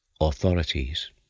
authorities